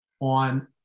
on